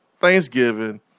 Thanksgiving